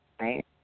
right